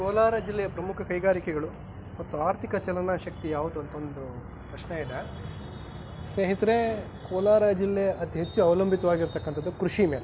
ಕೋಲಾರ ಜಿಲ್ಲೆಯ ಪ್ರಮುಖ ಕೈಗಾರಿಕೆಗಳು ಮತ್ತು ಆರ್ಥಿಕ ಚಲನ ಶಕ್ತಿ ಯಾವುದು ಅಂತ ಒಂದು ಪ್ರಶ್ನೆ ಇದೆ ಸ್ನೇಹಿತರೆ ಕೋಲಾರ ಜಿಲ್ಲೆ ಅತಿ ಹೆಚ್ಚು ಅವಲಂಬಿತವಾಗಿರ್ತಕ್ಕಂಥದ್ದು ಕೃಷಿ ಮೇಲೆ